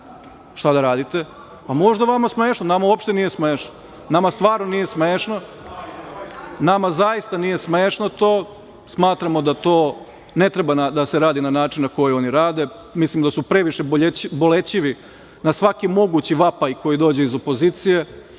šta da radite. Možda je vama smešno, nama uopšte nije smešno. Nama stvarno nije smešno. Nama zaista nije smešno. Smatramo da to ne treba da se radi na način na koji oni rade. Mislim da su previše bolećivi na svaki mogući vapaj koji dođe iz opozicije